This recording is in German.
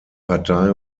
partei